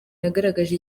yagaragaje